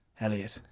Elliot